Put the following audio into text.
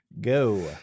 go